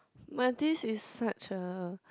but this is such a